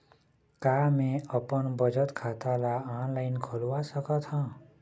का मैं अपन बचत खाता ला ऑनलाइन खोलवा सकत ह?